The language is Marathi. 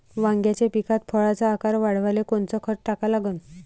वांग्याच्या पिकात फळाचा आकार वाढवाले कोनचं खत टाका लागन?